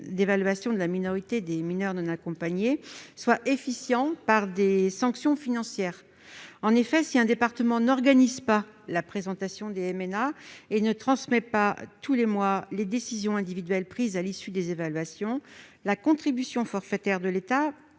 l'évaluation de la minorité (AEM) soit efficient, par l'instauration de sanctions financières. En effet, si un département n'organise pas la présentation des MNA et ne transmet pas tous les mois les décisions individuelles prises à l'issue des évaluations, la contribution forfaitaire de l'État